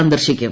സന്ദർശിക്കും